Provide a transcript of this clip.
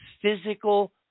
physical